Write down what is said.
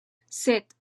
set